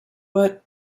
but